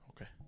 Okay